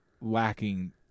lacking